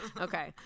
okay